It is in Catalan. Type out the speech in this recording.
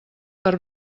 per